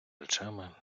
речами